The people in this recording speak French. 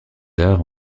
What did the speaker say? arts